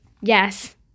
yes